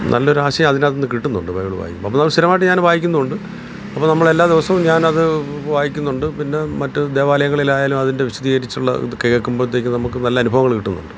നല്ലൊരു ആശയം അതിനകത്തു നിന്നു കിട്ടുന്നുണ്ട് ബൈബിൾ വായിക്കുമ്പം അപ്പം നമ്മൾ സ്ഥിരമായിട്ടു ഞാൻ വായിക്കുന്നുണ്ട് അപ്പോൾ നമ്മൾ എല്ലാ ദിവസവും ഞാനത് വായിക്കുന്നുണ്ട് പിന്നെ മറ്റു ദേവാലയങ്ങളിലായാലും അതിൻ്റെ വിശദീകരിച്ചുള്ള ഇതു കേൾക്കുമ്പോഴത്തേക്കും നമുക്ക് നല്ല അനുഭവങ്ങൾ കിട്ടുന്നുണ്ട്